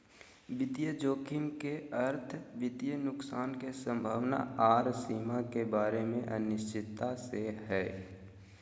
वित्तीय जोखिम के अर्थ वित्तीय नुकसान के संभावना आर सीमा के बारे मे अनिश्चितता से हय